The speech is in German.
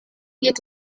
geht